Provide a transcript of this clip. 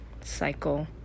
cycle